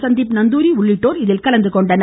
சந்தீப் நந்துாரி உள்ளிட்டோர் இதில் கலந்துகொண்டனர்